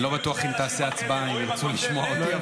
אם תעשה הצבעה אני לא בטוח אם ירצו לשמוע אותי,